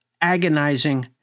agonizing